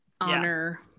honor